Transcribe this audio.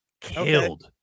killed